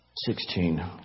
Sixteen